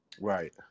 right